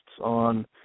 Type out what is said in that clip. on